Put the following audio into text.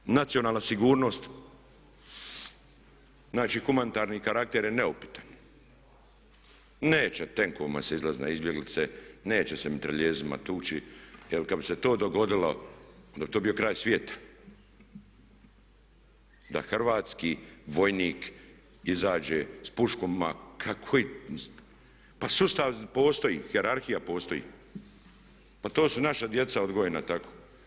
Zbog toga nacionalna sigurnost, znači humanitarni karakter je neupitan, neće tenkovima se izlaziti na izbjeglice, neće se mitraljezima tući jer kada bi se to dogodilo onda bi to bio kraj svijeta da hrvatski vojnik izađe sa puškom, pa koji, pa sustav postoji, hijerarhija postoji, pa to su naša djeca odgojena tako.